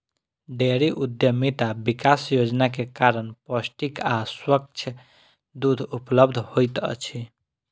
dairy उद्यमिता विकास योजना के कारण पौष्टिक आ स्वच्छ दूध उपलब्ध होइत अछि